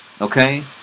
Okay